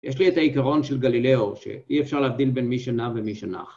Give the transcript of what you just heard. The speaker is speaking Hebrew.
יש לי את העיקרון של גלילאו, שאי אפשר להבדיל בין מי שנע ומי שנח.